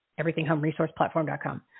everythinghomeresourceplatform.com